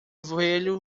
velho